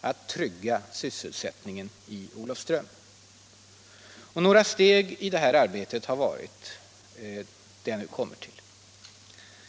att trygga sysselsättningen i Olofström. Några steg i det här arbetet har varit följande.